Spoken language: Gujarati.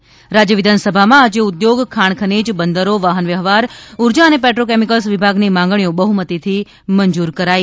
ત રાજ્ય વિધાનસભામાં આજે ઉદ્યોગ ખાણ ખનીજ બંદરો વાહનવ્યવહાર ઉર્જા અને પેટ્રોકેમિકલ્સ વિભાગની માંગણીઓ બહ્મતીથી મંજૂર કરાઇ